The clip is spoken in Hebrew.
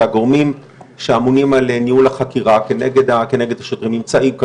שהגורמים שאמונים על ניהול החקירה כנגד השוטרים נמצאים כאן.